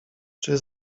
czy